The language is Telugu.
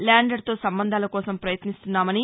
ల్యాండర్ తో సంబంధాల కోసం పయత్నిస్తున్నామని